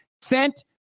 sent